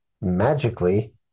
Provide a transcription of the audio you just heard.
magically